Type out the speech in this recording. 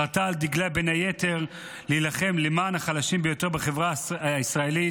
חרתה על דגלה בין היתר להילחם למען החלשים ביותר בחברה הישראלית.